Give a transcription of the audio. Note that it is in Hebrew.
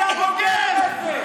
אתה בוגד.